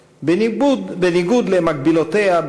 קואליציה?